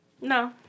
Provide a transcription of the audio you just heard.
No